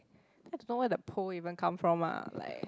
I don't know where the pole even come from ah like